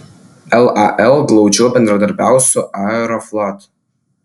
lal glaudžiau bendradarbiaus su aeroflot